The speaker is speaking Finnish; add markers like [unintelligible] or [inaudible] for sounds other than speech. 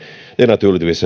naturligtvis [unintelligible]